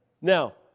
Now